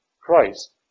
Christ